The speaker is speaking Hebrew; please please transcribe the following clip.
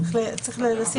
צריך לשים לב.